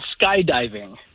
skydiving